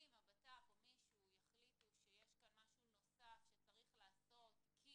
אם מישהו יחליט שיש כאן משהו נוסף שצריך לעשות כי